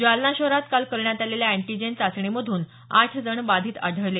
जालना शहरात काल करण्यात आलेल्या अँटिजेन चाचणीमधून आठ जण बाधित आढळले